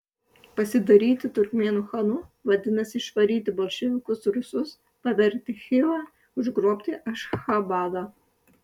pasidaryti turkmėnų chanu vadinasi išvaryti bolševikus rusus pavergti chivą užgrobti ašchabadą